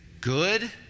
Good